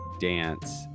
dance